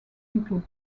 include